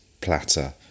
platter